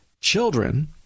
children